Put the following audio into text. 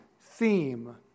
theme